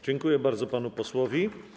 Dziękuję bardzo panu posłowi.